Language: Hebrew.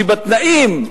שבתנאים,